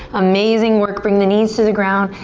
amazing work. bring the knees to the ground,